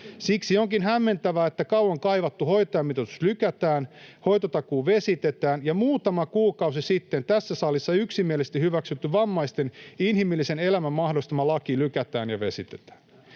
Siksi onkin hämmentävää, että kauan kaivattu hoitajamitoitus lykätään, hoitotakuu vesitetään ja muutama kuukausi sitten tässä salissa yksimielisesti hyväksytty vammaisten inhimillisen elämän mahdollistava laki lykätään ja vesitetään.